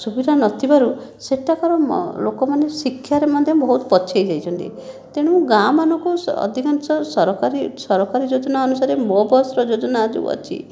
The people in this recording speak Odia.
ସୁବିଧା ନଥିବାରୁ ସେଠାକାର ଲୋକମାନେ ଶିକ୍ଷାରେ ମଧ୍ୟ ବହୁତ ପଛାଇ ଯାଇଛନ୍ତି ତେଣୁ ଗାଁମାନଙ୍କୁ ଅଧିକାଂଶ ସରକାରୀ ସରକାରୀ ଯୋଜନା ଅନୁସାରେ ମୋ' ବସ୍ର ଯୋଜନା ଯେଉଁ ଅଛି